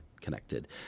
connected